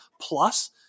Plus